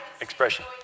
expression